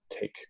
take